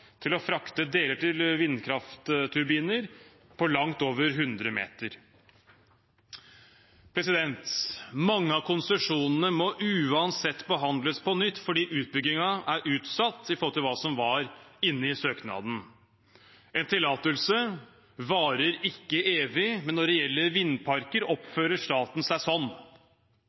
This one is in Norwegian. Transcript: til å frakte deler til vindkraftturbiner på langt over 100 meter. Mange av konsesjonene må uansett behandles på nytt, fordi utbyggingen er utsatt i forhold til hva som lå inne i søknaden. En tillatelse varer ikke evig, men når det gjelder vindparker, oppfører staten seg sånn.